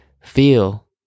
feel